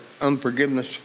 unforgiveness